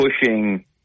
pushing